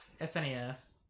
SNES